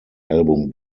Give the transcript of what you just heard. album